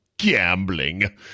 gambling